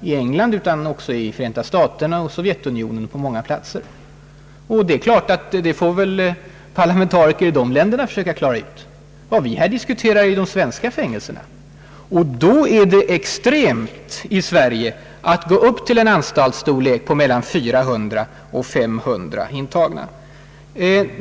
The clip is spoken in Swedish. i England utan också i USA, Sovjetunionen och på många andra håll. Men den saken får väl parlamentariker och experter i de länderna försöka klara ut. Vad vi här diskuterar är de svenska fängelserna. Och i vårt land är det extremt att gå upp till en anstaltsstorlek på mellan 400 och 500 intagna.